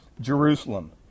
Jerusalem